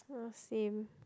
same